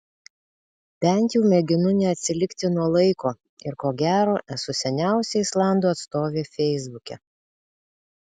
bent jau mėginu neatsilikti nuo laiko ir ko gero esu seniausia islandų atstovė feisbuke